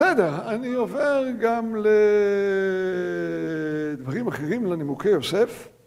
‫בטח, אני עובר גם לדברים אחרים, ‫לנימוקי יוסף.